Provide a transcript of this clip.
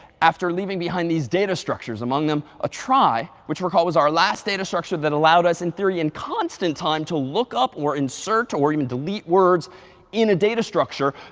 after leaving behind these data structures among them a try, which recall was our last data structure that allowed us in theory in constant time to look up or insert or even delete words in a data structure,